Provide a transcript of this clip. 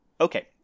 Okay